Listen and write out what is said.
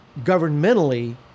governmentally